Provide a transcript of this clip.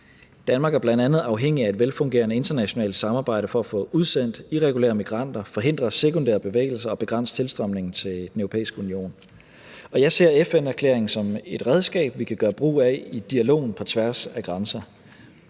Danmark er bl.a. afhængig af et velfungerende internationalt samarbejde for at få udsendt irregulære migranter, forhindre sekundære bevægelser og begrænse tilstrømningen til Den Europæiske Union. Jeg ser FN-erklæringen som et redskab, vi kan gøre brug af i dialogen på tværs af grænser.